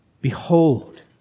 Behold